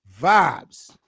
vibes